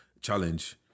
challenge